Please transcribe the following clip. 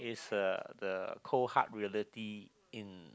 the cold hard reality in